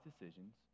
decisions